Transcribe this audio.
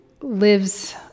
lives